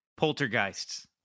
poltergeists